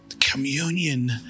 Communion